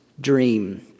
dream